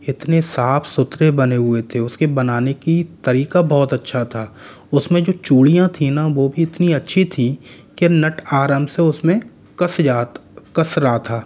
इतने साफ़ सुथरे बने हुए थे उस के बनाने की तरीका बहुत अच्छा था उसमें जो चूड़ियाँ थी ना वो भी इतनी अच्छी थी कि नट आराम से उस में कस जाते कस रहा था